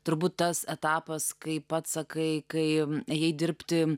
turbūt tas etapas kai pats sakai kai jai dirbti